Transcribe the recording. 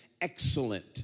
excellent